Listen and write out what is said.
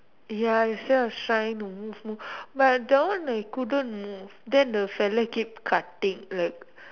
ya instead of trying to move move but that one I couldn't move then the fella keep cutting like